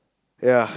ya